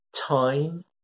time